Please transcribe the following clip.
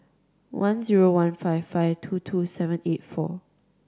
one zero one five five two two seven eight four